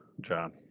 John